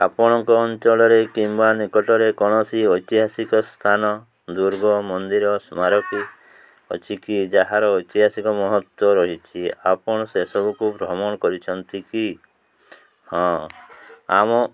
ଆପଣଙ୍କ ଅଞ୍ଚଳରେ କିମ୍ବା ନିକଟରେ କୌଣସି ଐତିହାସିକ ସ୍ଥାନ ଦୁର୍ଗ ମନ୍ଦିର ସ୍ମାରକୀ ଅଛି କି ଯାହାର ଐତିହାସିକ ମହତ୍ତ୍ଵ ରହିଛି ଆପଣ ସେସବୁକୁ ଭ୍ରମଣ କରିଛନ୍ତି କି ହଁ ଆମ